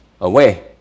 away